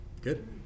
Good